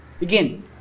again